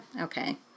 Okay